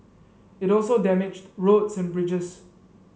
it also damaged roads and bridges